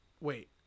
Wait